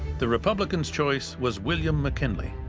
the republicans' choice was william mckinley.